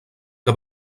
que